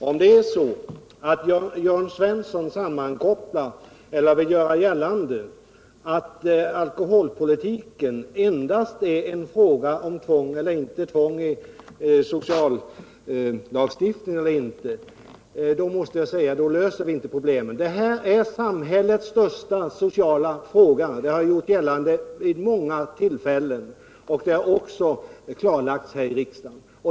Herr talman! Om vi, som Jörn Svensson gör gällande, utgår ifrån att alkoholpolitiken endast är en fråga om tvång eller inte tvång i sociallagstiftningen, löser vi inte problemen. Det här är samhällets största sociala fråga. Det har jag gjort gällande vid många tillfällen, och det har även klarlagts här i riksdagen.